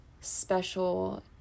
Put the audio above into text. special